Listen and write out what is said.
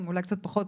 אולי קצת פחות,